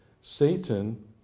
Satan